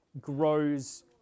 grows